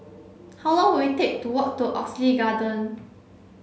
how long will it take to walk to Oxley Garden